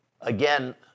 Again